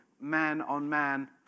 man-on-man